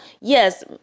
yes